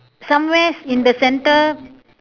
somewhere in the centre